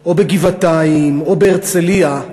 או בגבעתיים או בהרצלייה,